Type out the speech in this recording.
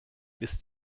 ist